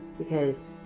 because,